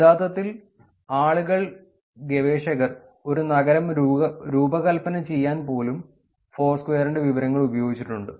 യഥാർത്ഥത്തിൽ ആളുകൾ ഗവേഷകർ ഒരു നഗരം രൂപകൽപ്പന ചെയ്യാൻ പോലും ഫോർസ്ക്വയറിന്റെ വിവരങ്ങൾ ഉപയോഗിച്ചിട്ടുണ്ട്